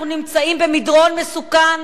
אנחנו נמצאים במדרון מסוכן,